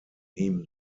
ihm